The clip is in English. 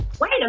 wait